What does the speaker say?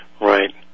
Right